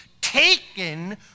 taken